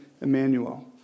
Emmanuel